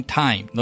time